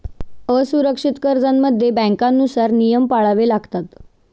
असुरक्षित कर्जांमध्ये बँकांनुसार नियम पाळावे लागतात